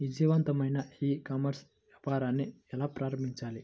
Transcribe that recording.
విజయవంతమైన e commerce వ్యాపారాన్ని ఎలా ప్రారంభించాలి?